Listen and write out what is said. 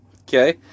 okay